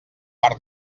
per